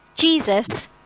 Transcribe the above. Jesus